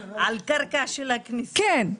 כן.